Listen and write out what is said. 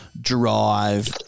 drive